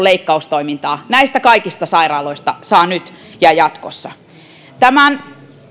leikkaustoimintaa saa näistä kaikista sairaaloista nyt ja jatkossa tämän